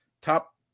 top